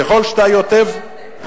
ככל שאתה, עובדה.